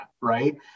right